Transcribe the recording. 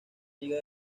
liga